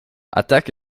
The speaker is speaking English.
attack